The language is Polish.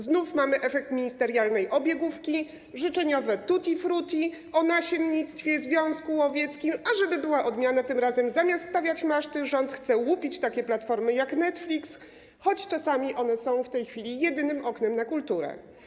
Znów mamy efekt ministerialnej obiegówki, życzeniowe tutti frutti, o nasiennictwie, związku łowieckim, a żeby była odmiana, tym razem, zamiast stawiać maszty, rząd chce łupić takie platformy jak Netflix, choć czasami są one, tak jak w tej chwili, jedynym oknem na kulturę.